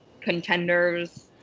contenders